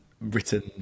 written